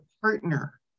partner